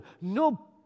No